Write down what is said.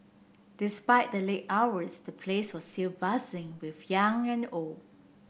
despite the late hours the place was still buzzing with young and old